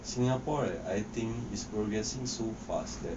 singapore right I think it's progressing so fast